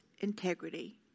integrity